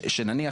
שנניח,